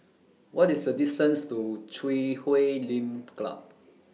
What IS The distance to Chui Huay Lim Club